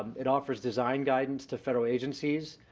it offers design guidance to federal agencies.